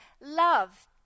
love